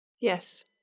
Yes